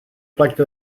plakte